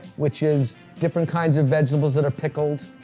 which is different kinds of vegetables that are pickled.